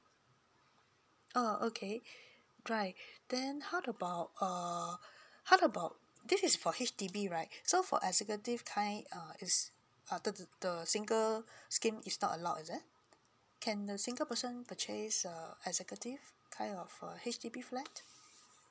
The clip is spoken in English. oh okay right then how about err how about this is for H_D_B right so for executive kind is uh the the the single scheme is not allow is it can the single person purchase a executive kind of a H_D_B flat